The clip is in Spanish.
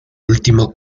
último